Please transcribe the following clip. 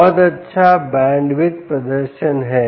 बहुत अच्छा बैंडविड्थ प्रदर्शन है